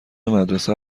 مدرسه